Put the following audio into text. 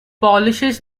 polishes